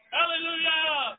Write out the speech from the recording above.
Hallelujah